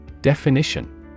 Definition